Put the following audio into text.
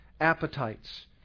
appetites